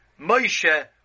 Moshe